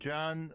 John